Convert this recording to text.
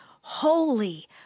holy